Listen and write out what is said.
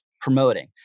promoting